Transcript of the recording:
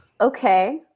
Okay